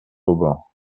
auban